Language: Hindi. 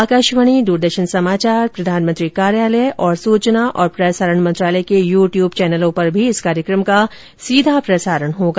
आकाशवाणी द्रदर्शन समाचार प्रधानमंत्री कार्यालय तथा सूचना और प्रसारण मंत्रालय के यूट्यूब चैनलों पर भी इस कार्यक्रम का सीधा प्रसारण होगा